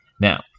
Now